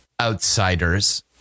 outsiders